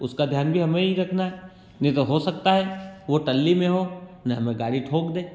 उसका ध्यान भी हमें ही रखना है नहीं तो हो सकता है वो टल्ली में हों उन्हें हमें गाड़ी ठोक दें